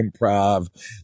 improv